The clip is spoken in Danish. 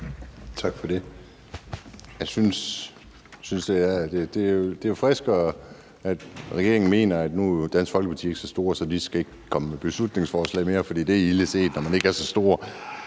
Tak for det. Jeg synes, det er frisk, at regeringen mener, at Dansk Folkeparti ikke skal komme med beslutningsforslag mere, for det er ilde set, når de ikke er så store.